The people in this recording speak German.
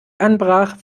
anbrach